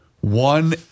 one